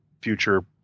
future